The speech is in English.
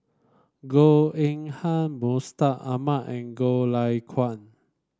Goh Eng Han Mustaq Ahmad and Goh Lay Kuan